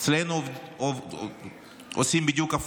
אצלנו עושים בדיוק הפוך.